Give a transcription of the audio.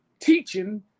teaching